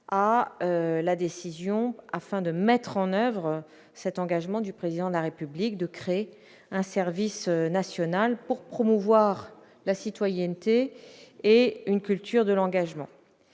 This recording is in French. à la décision afin de mettre en oeuvre cet engagement du président de la République de créer un service national pour promouvoir la citoyenneté et une culture de l'engagement